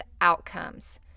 outcomes